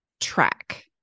track